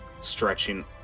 stretching